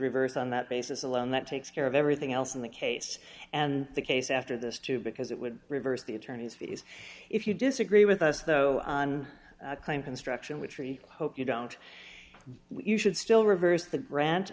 reverse on that basis alone that takes care of everything else in the case and the case after this too because it would reverse the attorney's fees if you disagree with us though on claim construction which tree hope you don't you should still reverse the rant